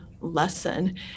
lesson